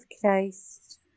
Christ